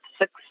six